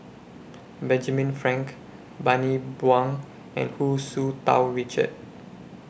Benjamin Frank Bani Buang and Hu Tsu Tau Richard